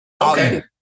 Okay